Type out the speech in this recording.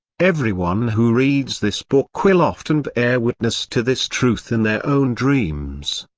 everyone who reads this book will often bear witness to this truth in their own dreams.